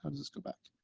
how does this go back.